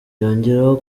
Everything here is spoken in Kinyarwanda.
yongeraho